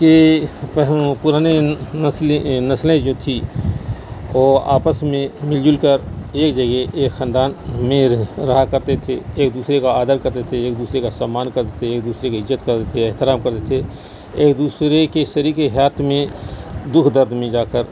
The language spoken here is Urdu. کہ پرانے نسلیں جو تھی وہ آپس میں مل جل کر ایک جگہ ایک خاندان میں رہا کرتے تھے ایک دوسرے کا آدر کرتے تھے ایک دوسرے کا سمان کرتے تھے ایک دوسرے کی عزت کرتے تھے احترام کرتے تھے ایک دوسرے کے شریک حیات میں دکھ درد میں جا کر